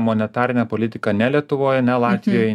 monetarinę politiką ne lietuvoj ne latvijoj